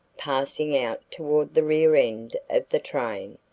passing out toward the rear end of the train.